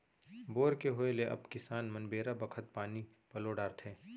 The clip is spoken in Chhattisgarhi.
बोर के होय ले अब किसान मन बेरा बखत पानी पलो डारथें